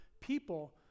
people